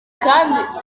kandi